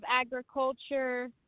Agriculture